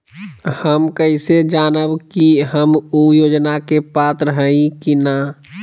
हम कैसे जानब की हम ऊ योजना के पात्र हई की न?